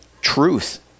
truth